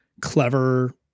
clever